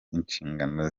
inshingano